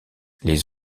les